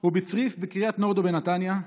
הוא בצריף בקריית נורדאו בנתניה,